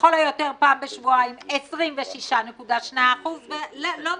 לכל היותר פעם בשבועיים, 26.2%; ולא נחשפים,